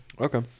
Okay